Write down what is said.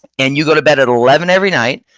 and you go to bed at eleven every night,